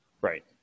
right